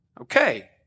Okay